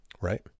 right